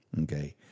okay